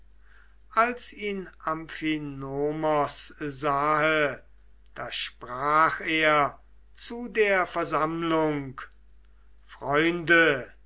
als ihn amphinomos sahe da sprach er zu der versammlung freunde